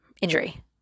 injury